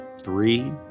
three